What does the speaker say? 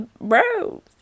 bro